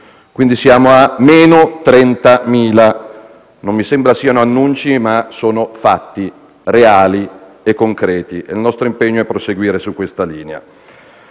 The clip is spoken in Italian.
Quindi, siamo a meno 30.000. Non mi sembra siano annunci, ma fatti reali e concreti e il nostro impegno è a proseguire su questa linea.